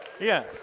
yes